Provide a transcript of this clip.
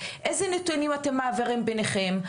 אילו נתונים אתם מעבירים בינכם,